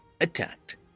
attacked